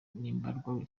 mbarwa